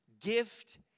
gift